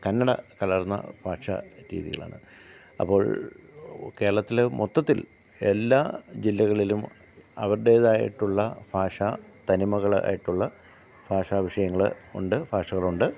കന്നഡ കലർന്ന ഭാഷ രീതികളാണ് അപ്പോൾ കേരളത്തിൽ മൊത്തത്തിൽ എല്ലാ ജില്ലകളിലും അവരുടേതായിട്ടുള്ള ഭാഷ തനിമകൾ ആയിട്ടുള്ള ഭാഷ വിഷയങ്ങൾ ഉണ്ട് ഭാഷകളുണ്ട്